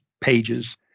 pages